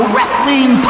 Wrestling